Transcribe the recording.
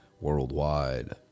worldwide